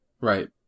Right